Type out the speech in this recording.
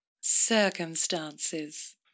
Circumstances